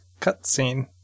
cutscene